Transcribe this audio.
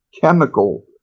chemical